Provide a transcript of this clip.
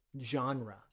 genre